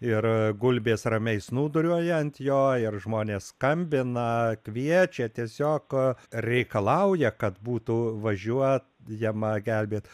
ir gulbės ramiai snūduriuoja ant jo ir žmonės skambina kviečia tiesiog reikalauja kad būtų važiuojama gelbėt